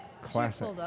classic